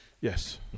Yes